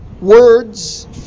words